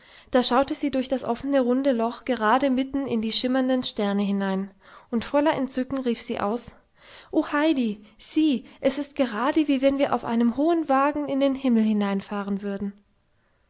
da schaute sie durch das offene runde loch gerade mitten in die schimmernden sterne hinein und voller entzücken rief sie aus o heidi sieh es ist gerade wie wenn wir auf einem hohen wagen in den himmel hineinfahren würden